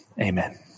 amen